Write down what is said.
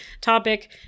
topic